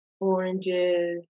oranges